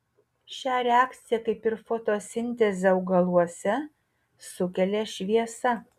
šią reakciją kaip ir fotosintezę augaluose sukelia šviesa